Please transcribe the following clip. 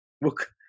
Look